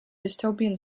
dystopian